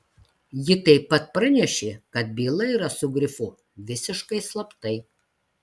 ji taip pat pranešė kad byla yra su grifu visiškai slaptai